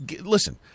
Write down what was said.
Listen